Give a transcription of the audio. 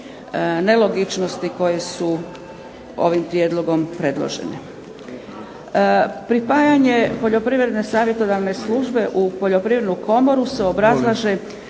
nelogičnosti koje su ovim prijedlogom predložene. Pripajanje poljoprivredne savjetodavne službe u poljoprivrednu komoru se obrazlaže